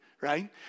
right